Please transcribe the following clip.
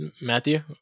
Matthew